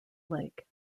lake